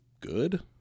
good